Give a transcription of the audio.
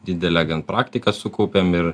didelę gan praktiką sukaupėm ir